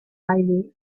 highly